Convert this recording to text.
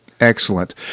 Excellent